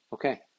Okay